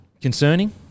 concerning